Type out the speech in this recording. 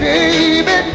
Baby